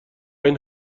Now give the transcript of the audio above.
این